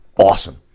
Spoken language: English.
awesome